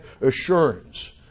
assurance